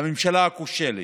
לממשלה הכושלת,